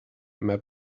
map